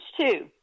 two